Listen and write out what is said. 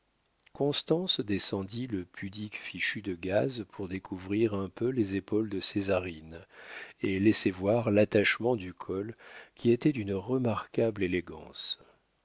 constance descendit le pudique fichu de gaze pour découvrir un peu les épaules de césarine et laisser voir l'attachement du col qui était d'une remarquable élégance